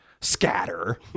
scatter